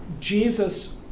Jesus